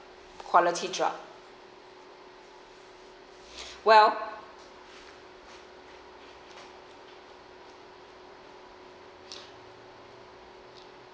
quality drop well